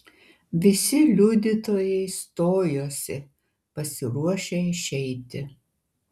visi liudytojai stojosi pasiruošę išeiti